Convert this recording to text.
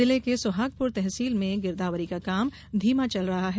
जिले के सोहागपुर तहसील में गिरदावरी का काम धीमा चल रहा है